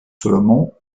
solomon